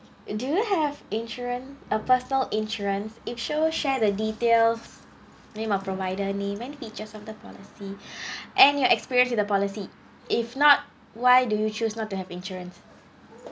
uh do you have insurance a personal insurance if so share the details name or provider name and features of the policy and your experience in the policy if not why do you choose not to have insurance